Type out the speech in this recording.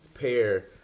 pair